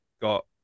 got